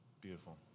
Beautiful